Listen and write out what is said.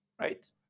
Right